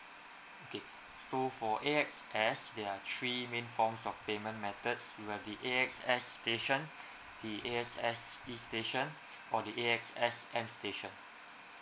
okay so for A X S there are three main forms of payment methods you have the A X S station the A X S e station or the A X S m station